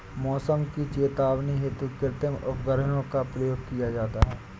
मौसम की चेतावनी हेतु कृत्रिम उपग्रहों का प्रयोग किया जाता है